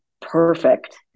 perfect